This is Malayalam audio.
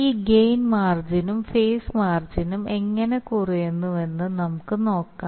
ഈ ഗെയിൻ മാർജിനും ഫേസ് മാർജിനും എങ്ങനെ കുറയുന്നുവെന്ന് നമുക്ക് നോക്കാം